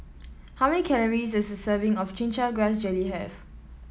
how many calories does a serving of Chin Chow Grass Jelly have